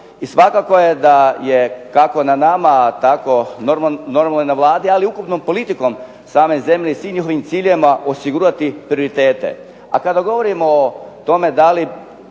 I svakako je da je tako na nama, normalno na Vladi ali ukupnom politikom same zemlje, i svim njihovim ciljevima osigurati prioritete.